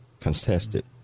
contested